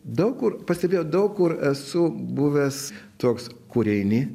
daug kur pastebėjau daug kur esu buvęs toks kur eini